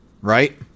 right